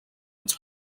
its